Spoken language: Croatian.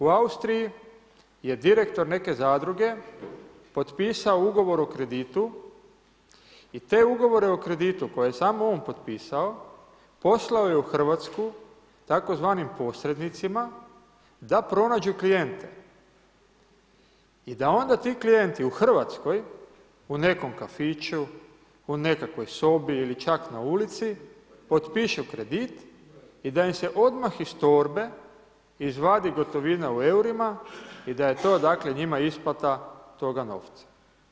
U Austriji je direktor neke zadruge potpisao ugovor o kreditu i te ugovore o kreditu koje je samo on potpisao, poslao je u Hrvatsku tzv. posrednicima da pronađu klijente i da onda ti klijenti u Hrvatskoj, u nekom kafiću, u nekakvoj sobi ili čak na ulici potpišu kredit i da im se odmah iz torbe izvadi gotovina u eurima i da je to dakle, njima isplata toga novca.